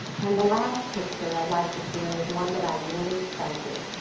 and the last picture i'd like to share is one that i really treasure.